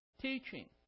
teaching